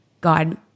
God